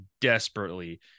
desperately